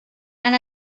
han